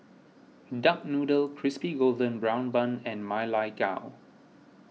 Duck Noodle Crispy Golden Brown Bun and Ma Lai Gao